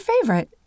favorite